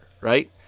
right